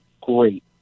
great